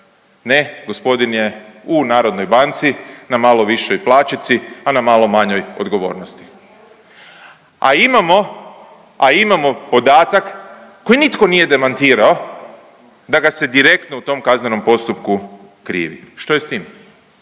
ne, gospodin je u Narodnoj banci na malo višoj plaćici, a na malo manjoj odgovornosti. A imamo, a imamo podatak koji nitko nije demantirao da ga se direktno u tom kaznenom postupku krivi, što je s tim,